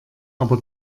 aber